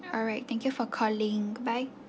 alright thank you for calling goodbye